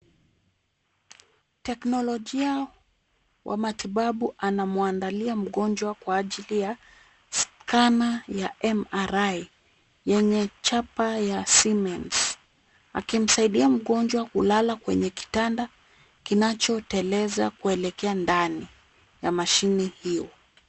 Teknolojia wa matibabu anamuandalia mgonjwa kwa ajili ya skana ya MRI yenye chapa ya Siemens. Akimsaidia mgonjwa kulala kwenye kitanda kinachoteleza kuelekea ndani ya mashine hiyo.